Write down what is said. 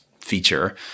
feature